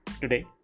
Today